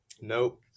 Nope